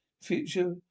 future